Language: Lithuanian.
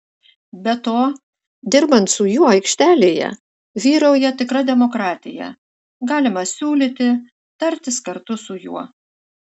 be to dirbant su juo aikštelėje vyrauja tikra demokratija galima siūlyti tartis kartu su juo